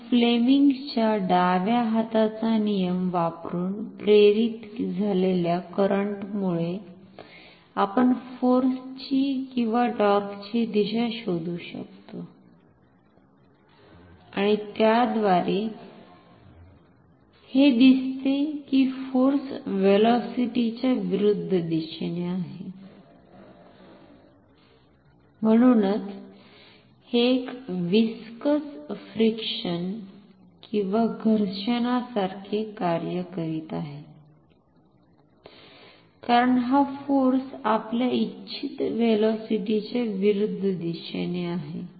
मग फ्लेमिंगच्या डाव्या हाताचा नियम वापरुन प्रेरित झालेल्या करंटमुळे आपण फोर्सची किंवा टॉर्कची दिशा शोधू शकतो आणि त्याद्वारे हे दिसते की फोर्स व्हेलॉसीटीच्या विरुद्ध दिशेने आहे म्हणूनच हे एक व्हिसकस फ्रिक्शन घर्षणासारखे कार्य करीत आहे कारण हा फोर्स आपल्या इच्छित व्हेलॉसीटीच्या विरुद्ध दिशेने आहे